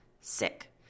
Sick